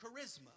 Charisma